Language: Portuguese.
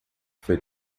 foi